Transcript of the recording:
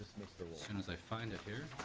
soon as i find it.